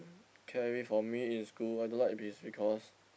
carry for me in school I don't like biz because